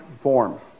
form